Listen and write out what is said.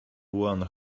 one